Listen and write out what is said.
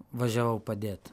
važiavau padėt